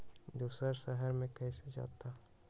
दूसरे शहर मे कैसे जाता?